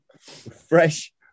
Fresh